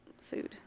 food